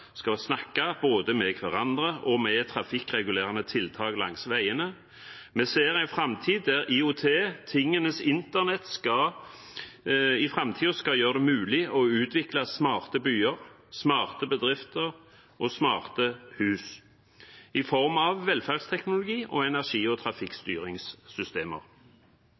skal snakke både med hverandre og med trafikkregulerende tiltak langs veiene. Vi ser en framtid der IoT, tingenes internett, skal gjøre det mulig å utvikle smarte byer, smarte bedrifter og smarte hus i form av velferdsteknologi og energi- og trafikkstyringssystemer.